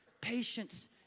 Patience